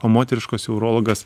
o moteriškose urologas